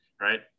right